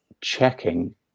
checking